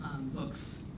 books